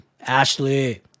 Ashley